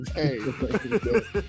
hey